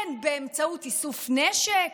כן, באמצעות איסוף נשק,